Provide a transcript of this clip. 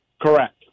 Correct